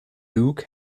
luke